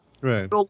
right